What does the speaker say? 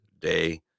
day